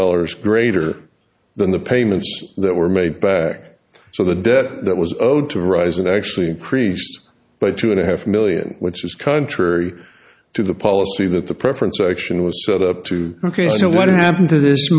dollars greater than the payments that were made back so the debt that was owed to rise it actually increased by two and a half million which is contrary to the policy that the preference action was set up to the case to what happened to this